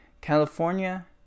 California